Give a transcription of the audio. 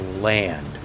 land